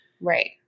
right